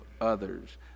others